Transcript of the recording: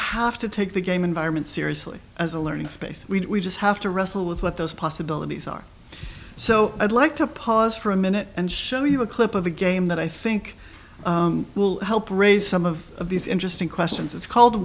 have to take the game environment seriously as a learning space we just have to wrestle with what those possibilities are so i'd like to pause for a minute and show you a clip of the game that i think will help raise some of these interesting questions it's called